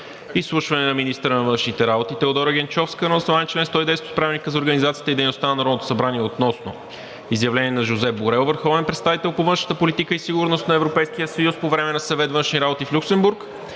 Изслушване на министъра на външните работи Теодора Генчовска на основание чл. 110 от Правилника за организацията и дейността на Народното събрание относно: - изявление на Жозеп Борел, върховен представител по външна политика и сигурност на Европейския съюз, по време на Съвет „Външни работи“ в Люксембург;